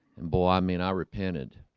and boy, i mean i repented